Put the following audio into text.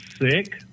sick